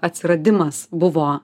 atsiradimas buvo